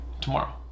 tomorrow